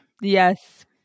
Yes